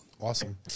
Awesome